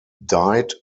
died